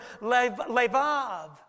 levav